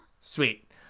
Sweet